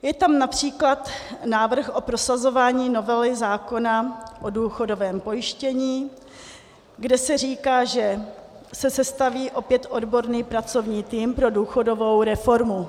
Je tam například návrh o prosazování novely zákona o důchodovém pojištění, kde se říká, že se sestaví opět odborný pracovní tým pro důchodovou reformu.